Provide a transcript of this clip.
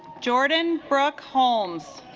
jordan brooke holmes